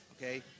okay